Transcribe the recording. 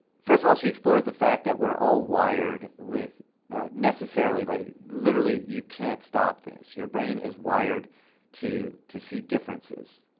first of all, she explores the fact that we're all wired with necessarily literally, you can't stop this, your brain is wired to to see differences.